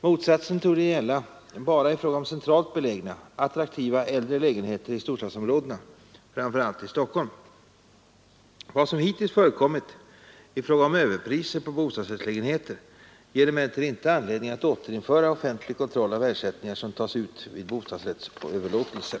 Motsatsen torde gälla bara i fråga om centralt belägna, attraktiva äldre lägenheter i storstadsområdena, framför allt i Stockholm. Vad som hittills förekommit i fråga om överpris på bostadsrättslägenheter ger emellertid inte anledning att återinföra offentlig kontroll av ersättningar som tas ut vid bostadsrättsöverlåtelser.